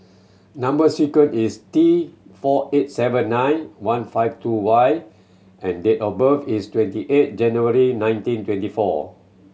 number sequence is T four eight seven nine one five two Y and date of birth is twenty eight January nineteen twenty four